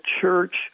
church